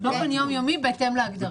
באופן יומיומי בהתאם להגדרה.